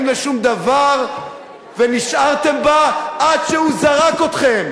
לשום-דבר ונשארתם בה עד שהוא זרק אתכם.